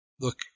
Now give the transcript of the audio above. look